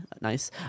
nice